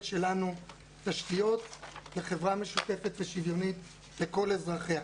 שלנו תשתיות לחברה משותפת ושוויונית לכל אזרחיה.